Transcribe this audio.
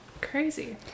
crazy